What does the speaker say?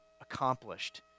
accomplished